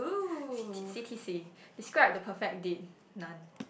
C_T C_T_C describe the perfect date none